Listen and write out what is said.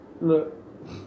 Look